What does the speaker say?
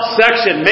section